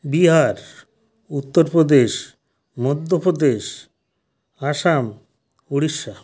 Bihar Uttar Pradesh Madhya Pradesh Assam Orissa